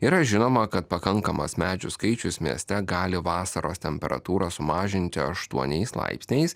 yra žinoma kad pakankamas medžių skaičius mieste gali vasaros temperatūras sumažinti aštuoniais laipsniais